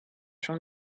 from